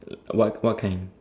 what what kind